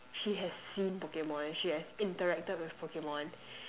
she has seen Pokemon she has interacted with Pokemon